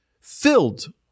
filled